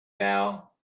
now